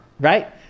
Right